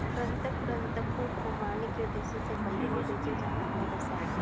कृंतक कृन्तकों को मारने के उद्देश्य से बनाए और बेचे जाने वाले रसायन हैं